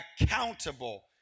accountable